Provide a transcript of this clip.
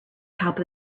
top